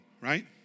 right